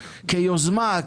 כיוזמה,